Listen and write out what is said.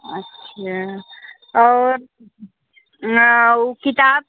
अच्छा और वो किताब